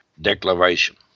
Declaration